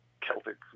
Celtic